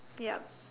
yup